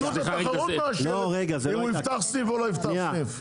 רשות התחרות מאשרת אם הוא יפתח סניף או לא יפתח סניף.